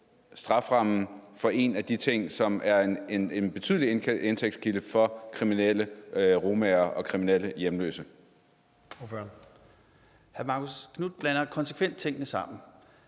strafferammen for en af de ting, som er en betydelig indtægtskilde for kriminelle romaer og kriminelle hjemløse? Kl. 12:51 Fjerde næstformand (Leif Mikkelsen):